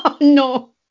No